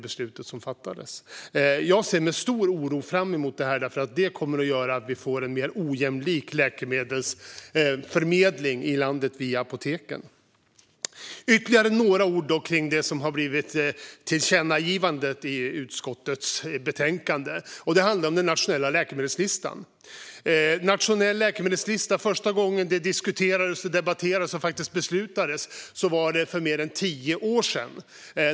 Jag känner stor oro inför detta, för det kommer att göra att vi får en mer ojämlik läkemedelsförmedling i landet via apoteken. Jag ska säga ytterligare några ord om det som har lett till tillkännagivandet i utskottets betänkande. Det handlar om den nationella läkemedelslistan. Första gången en sådan diskuterades, debatterades och faktiskt beslutades om var för mer än tio år sedan.